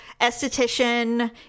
Esthetician